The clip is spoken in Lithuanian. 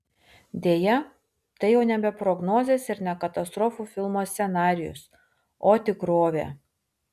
deja tai jau nebe prognozės ir ne katastrofų filmo scenarijus o tikrovė